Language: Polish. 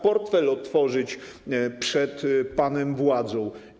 Portfel otworzyć przed panem władzą.